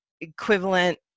equivalent